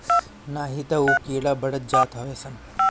नाही तअ उ कीड़ा बढ़त जात हवे सन